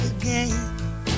again